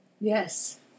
Yes